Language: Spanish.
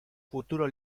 futuro